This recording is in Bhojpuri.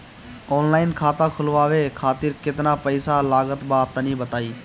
ऑनलाइन खाता खूलवावे खातिर केतना पईसा लागत बा तनि बताईं?